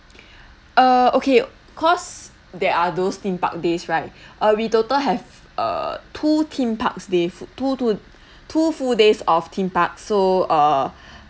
err okay of course there are those theme park days right uh we total have err two theme parks days two two two full days of theme park so err